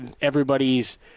everybody's